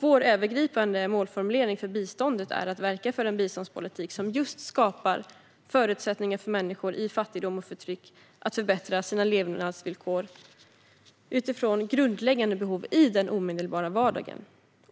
Vår övergripande målformulering för biståndet är att verka för en biståndspolitik som skapar förutsättningar för människor i fattigdom och förtryck att förbättra sina levnadsvillkor utifrån grundläggande behov i den omedelbara vardagen.